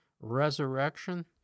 resurrection